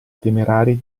temerari